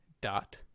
dot